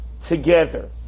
Together